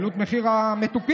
העלו את מחיר המתוקים,